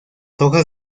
hojas